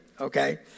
Okay